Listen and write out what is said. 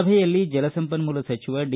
ಸಭೆಯಲ್ಲಿ ಜಲ ಸಂಪನ್ನೂಲ ಸಚಿವ ಡಿ